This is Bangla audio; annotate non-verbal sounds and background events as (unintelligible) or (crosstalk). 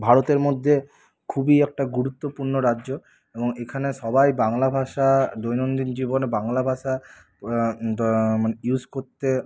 ভারতের মধ্যে খুবই একটা গুরুত্বপূর্ণ রাজ্য এবং এখানে সবাই বাংলা ভাষা দৈনন্দিন জীবনে বাংলা ভাষা (unintelligible) ইউজ করতে